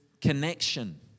connection